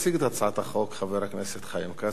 יציג את הצעת החוק חבר הכנסת חיים כץ,